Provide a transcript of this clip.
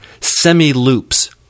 semi-loops